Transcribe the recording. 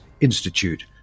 Institute